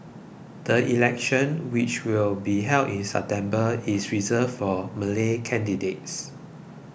the election which will be held in September is reserved for Malay candidates